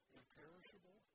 imperishable